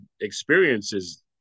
experiences